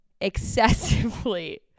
excessively